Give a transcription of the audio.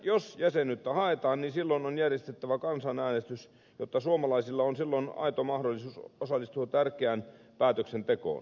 jos jäsenyyttä haetaan niin silloin on järjestettävä kansanäänestys jotta suomalaisilla on aito mahdollisuus osallistua tärkeään päätöksentekoon